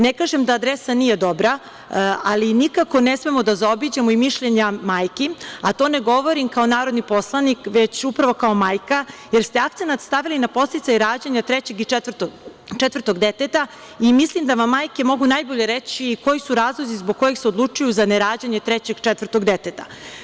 Ne kažem da adresa nije dobra, ali nikako ne smemo da zaobiđemo i mišljenja majki, a to ne govori kao narodni poslanik već upravo kao majka, jer ste akcenat stavili na podsticaj rađanja trećeg i četvrtog deteta i mislim da vam majke mogu najbolje reći koji su razlozi zbog kojih se odlučuju za ne rađanje trećeg i četvrtog deteta.